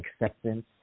acceptance